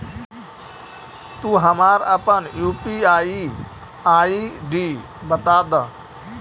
तू हमारा अपन यू.पी.आई आई.डी बता दअ